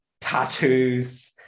tattoos